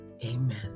Amen